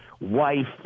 wife